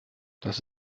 das